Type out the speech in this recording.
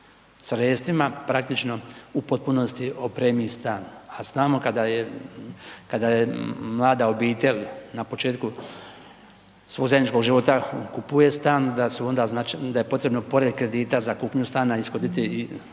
sredstvima praktično u potpunosti opremi stan a znamo kada je mlada obitelj na početku svog zajedničkog života kupuje stan, da je potrebno pored kredita za kupnju stana ishoditi i